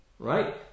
Right